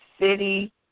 city